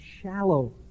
shallow